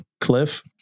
Cliff